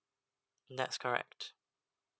that's correct